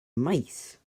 mice